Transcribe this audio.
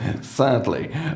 sadly